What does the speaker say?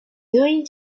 doing